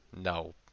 No